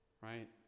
right